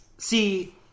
See